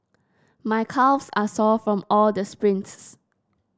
my calves are sore from all the sprints